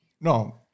No